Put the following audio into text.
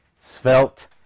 svelte